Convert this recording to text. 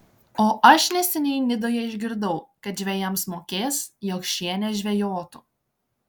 o aš neseniai nidoje išgirdau kad žvejams mokės jog šie nežvejotų